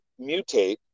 mutate